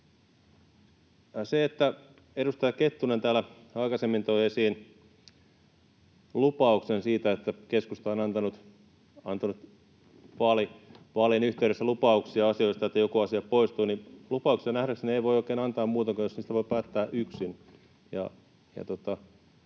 Edustaja Kettunen täällä aikaisemmin toi esiin lupauksen siitä, että keskusta on antanut vaalien yhteydessä asioista lupauksia, että joku asia poistuu — lupauksia nähdäkseni ei voi oikein antaa muuten kuin jos niistä voi päättää yksin.